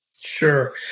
Sure